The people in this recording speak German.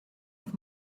auf